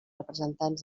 representants